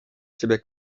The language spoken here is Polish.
ciebie